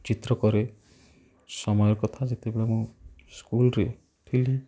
ଚିତ୍ର କରେ ସମୟ କଥା ଯେତେବେଳେ ମୁଁ ସ୍କୁଲ୍ରେ ଥିଲି